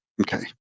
okay